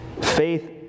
Faith